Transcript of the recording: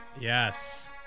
Yes